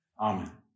Amen